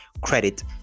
credit